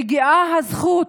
מגיעה הזכות